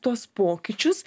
tuos pokyčius